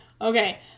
Okay